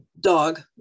dog